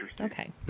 okay